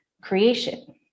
creation